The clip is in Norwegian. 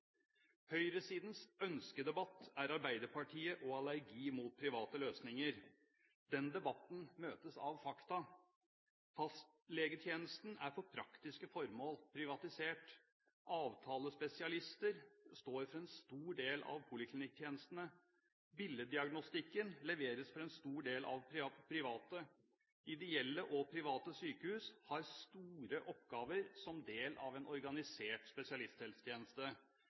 Høyresidens ønskedebatt er Arbeiderpartiet og allergi mot private løsninger. Den debatten møtes av fakta. Fastlegetjenesten er for praktiske formål privatisert, avtalespesialister står for en stor del av poliklinikktjenestene, billeddiagnostikken leveres for en stor del av private. Private ideelle sykehus har store oppgaver som del av en organisert spesialisthelsetjeneste.